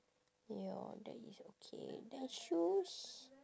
ya that is okay then shoes